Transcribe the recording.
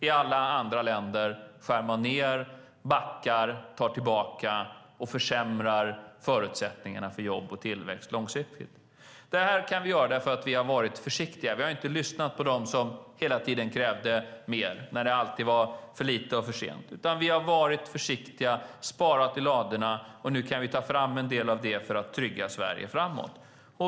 I alla andra länder skär man ned, backar, tar tillbaka och försämrar förutsättningarna för jobb och tillväxt långsiktigt. Det kan vi göra för att vi har varit försiktiga. Vi har inte lyssnat på dem som krävde mer, när det alltid var för lite och för sent. Vi har varit försiktiga och sparat i ladorna. Nu kan vi ta fram en del av det för att trygga Sverige framåt.